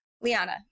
Liana